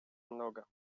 много